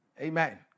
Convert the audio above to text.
Amen